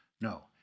No